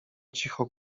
cicho